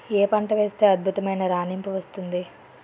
ఏ పంట వేస్తే అద్భుతమైన రాణింపు వస్తుంది?